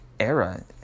era